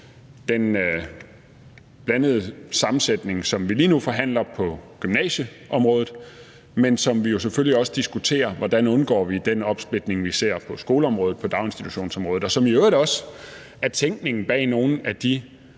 en blandet sammensætning, som vi lige nu forhandler om på gymnasieområdet. Men vi diskuterer jo selvfølgelig også, hvordan vi undgår den opsplitning, vi ser på skoleområdet og på daginstitutionsområdet, og det er jo i øvrigt også tænkningen bag nogle af de